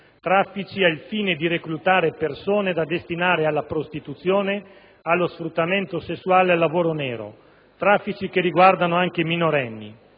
al fine di reclutare persone da destinare alla prostituzione, allo sfruttamento sessuale, al lavoro nero; peraltro, tali traffici riguardano anche minorenni.